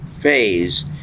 phase